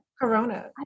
Corona